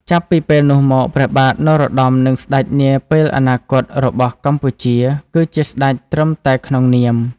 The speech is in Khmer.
ចាប់ពីពេលនោះមក ព្រះបាទនរោត្តម និងស្តេចនាពេលអនាគតរបស់កម្ពុជា គឺជាស្តេចត្រឹមតែក្នុងនាម។